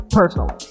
personal